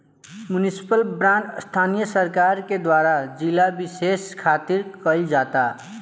municipal bond स्थानीय सरकार के द्वारा जिला बिशेष खातिर कईल जाता